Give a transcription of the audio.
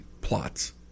plots